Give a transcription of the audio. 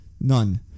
None